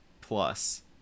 plus